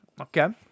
Okay